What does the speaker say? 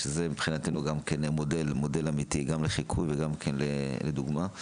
שזה מבחינתנו מודל אמתי גם לחיקוי וגם לדוגמא.